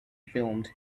filmed